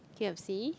k_f_c